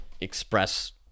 express